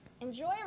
enjoy